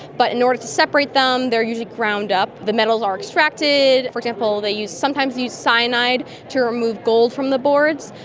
but in order to separate them they are usually ground up, the metals are extracted. for example, they sometimes use cyanide to remove gold from the boards.